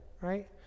right